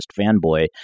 Fanboy